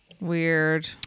Weird